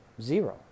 Zero